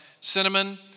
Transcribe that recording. cinnamon